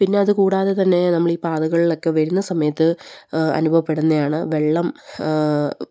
പിന്നെ അത് കൂടാതെ തന്നെ നമ്മൾ ഈ പാതകളിലൊക്കെ വരുന്ന സമയത്ത് അനുഭവപ്പെടുന്നതാണ് വെള്ളം